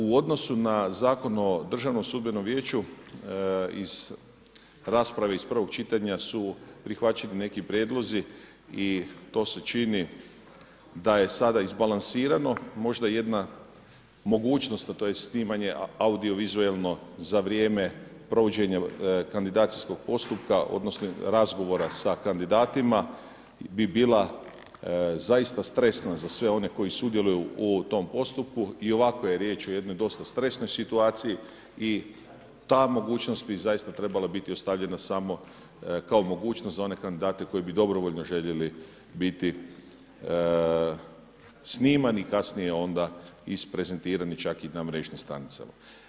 U odnosu na Zakon o Državnom sudbenom vijeću iz rasprave iz prvog čitanja su prihvaćeni neki prijedlozi i to se čini da je sada izbalansirano, možda jedna mogućnost, a to je snimanje audiovizualno za vrijeme provođenja kandidacijskog postupka, odnosno razgovora sa kandidatima bi bila zaista stresna za sve one koji sudjeluju u tom postupku i ovako je riječ o jednoj dosta stresnoj situaciji i ta mogućnost bi zaista trebala biti ostavljena samo kao mogućnost za one kandidate koji bi dobrovoljno željeli biti snimani i kasnije onda izprezentirani čak i na mrežnim stranicama.